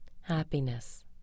happiness